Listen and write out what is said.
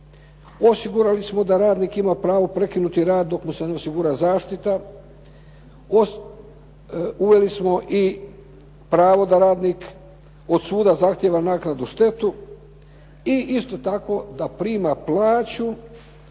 Osigurali smo da radnik ima pravo prekinuti rad dok mu se ne osigura zaštita. Uveli smo i pravo da radnik od suda zahtijeva naknadu štete i isto tako da prima plaću